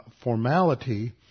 formality